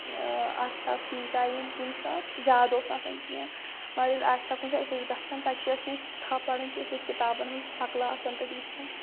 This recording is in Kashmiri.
آسہِ ہا فرٛی ٹایم کُنہِ ساتہٕ زیادٕ اوس نہٕ آسان کینٛہہ وۄنۍ ییٚلہِ آسہِ ہا کُنہِ ساتہٕ أسۍ ٲسۍ گژھان تَتہِ تہِ ٲسۍ نہٕ أسۍ کِتاب پَران کینٛہہ أسی ٲسۍ کِتابَن ہںٛز شَکلہٕ آسان تَتہِ وٕچھان